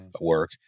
work